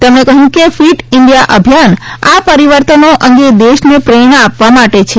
તેમણે કહ્યું કે ફીટ ઇન્ડિયા અભિયાન આ પરીવર્તનો અંગે દેશને પ્રેરણા આપવા માટે છે